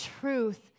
truth